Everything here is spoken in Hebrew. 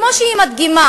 כמו שהיא מדגימה